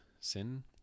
sin